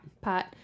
Pot